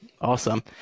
awesome